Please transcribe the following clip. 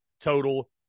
total